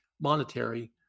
monetary